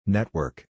Network